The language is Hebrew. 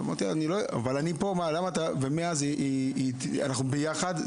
מאז אנחנו ביחד.